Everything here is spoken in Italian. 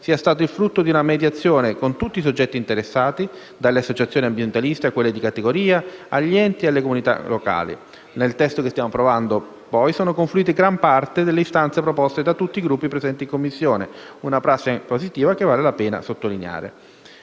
sia stato il frutto di una mediazione con tutti i soggetti interessati, dalle associazioni ambientaliste a quelle di categoria, agli enti e alle comunità locali. Nel testo che stiamo approvando, poi, sono confluite gran parte delle istanze proposte da tutti i Gruppi presenti in Commissione: una prassi positiva che vale la pena sottolineare.